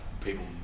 people